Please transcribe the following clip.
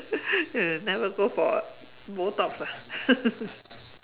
never go for Botox ah